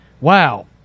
Wow